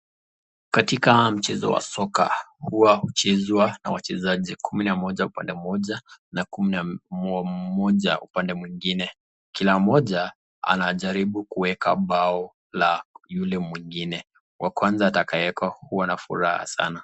Katika mchezo wa soka, huwa huchezwa na wachezaji kumi na mmoja upande moja na kumi na mmoja upande mwingine. Kila moja anajaribu kuweka bao la yule mwingine. Wa kwanza atakayeweka huwa na furaha sana.